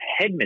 Hedman